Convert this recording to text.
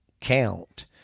count